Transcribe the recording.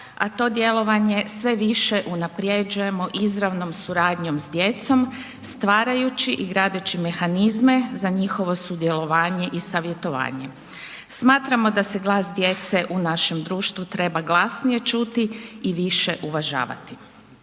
a to djelovanje sve više unapređujemo izravnom suradnjom s djecom, stvarajući i gradeći mehanizme za njihovo sudjelovanje i savjetovanje. Smatramo da se glas djece u našem društvu treba glasnije čuti i više uvažavati.